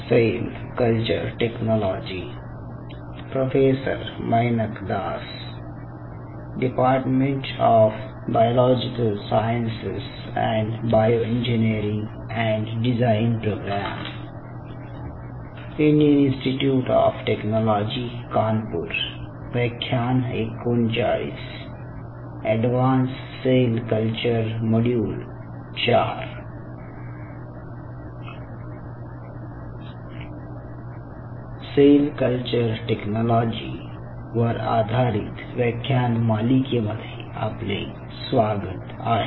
sale culture technology वर आधारित व्याख्यान मालिकेमध्ये आपले स्वागत आहे